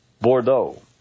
Bordeaux